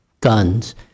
guns